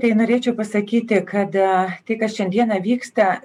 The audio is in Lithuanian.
tai norėčiau pasakyti kada tai kas šiandieną vyksta